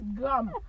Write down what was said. gum